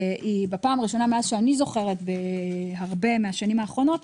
בראשונה מאז אני זוכרת בהרבה מהשנים האחרונות,